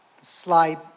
slide